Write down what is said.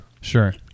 Sure